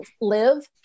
live